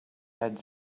had